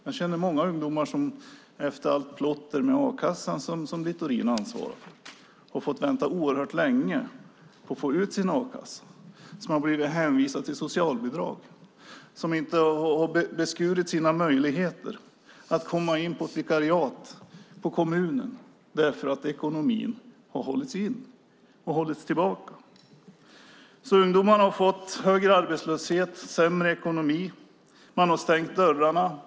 Jag känner många ungdomar som efter allt plotter med a-kassan, som Littorin ansvarar för, har fått vänta oerhört länge på att få ut sin a-kassa. De har blivit hänvisade till socialbidrag. Deras möjligheter att komma in på ett vikariat på kommunen har beskurits därför att ekonomin har hållits tillbaka. Ungdomarna har fått högre arbetslöshet och sämre ekonomi. Man har stängt dörrarna.